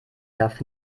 darf